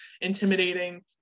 intimidating